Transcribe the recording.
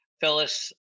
Phyllis